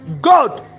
God